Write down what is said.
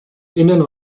innen